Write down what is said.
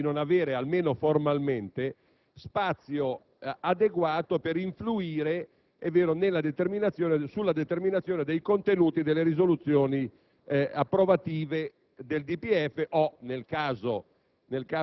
e di non avere, almeno formalmente, spazio adeguato per influire sulla determinazione dei contenuti delle risoluzioni approvative del DPEF o, nel caso